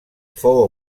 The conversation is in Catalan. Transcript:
fou